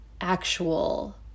actual